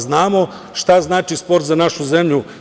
Znamo šta znači sport za našu zemlju.